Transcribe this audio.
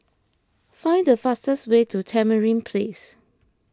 find the fastest way to Tamarind Place